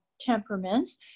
temperaments